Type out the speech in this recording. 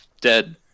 dead